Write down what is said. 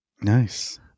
Nice